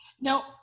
Now